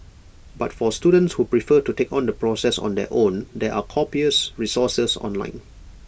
but for students who prefer to take on the process on their own there are copious resources online